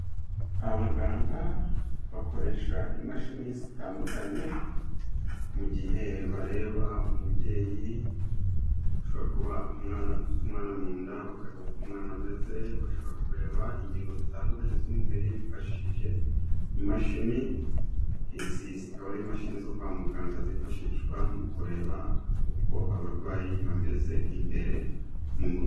Abaganga bakoresha imashini zitandukanye mu gihe bareba umubyeyi ushobora kuba afite umwana mu nda, babareba uko umwana ameze, bashaka kureba ingingo zitandukanye z'umubiri bifashishije imashini. Izi zikaba ari imashini zo kwa muganga zifashishwa mu kureba uko abarwayi bameze imbere mu mubiri.